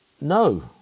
no